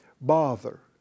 bother